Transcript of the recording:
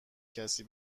کسی